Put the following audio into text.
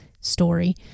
story